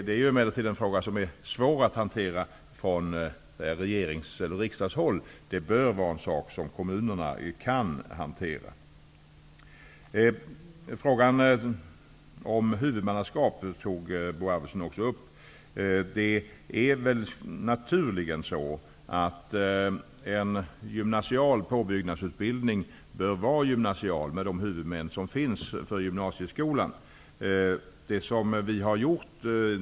Det är emellertid en fråga som är svår att hantera från regeringshåll och riksdagshåll, utan det bör vara en sak som kommunerna kan hantera. Bo Arvidson tog också upp frågan om huvudmannaskap. Det är naturligen så att en gymnasial påbyggnadsutbildning bör vara gymnasial, med de huvudmän som finns för gymnasieskolan.